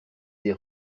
des